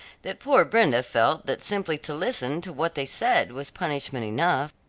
that poor brenda felt that simply to listen to what they said was punishment enough.